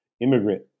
immigrant